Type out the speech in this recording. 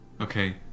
Okay